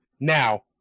Now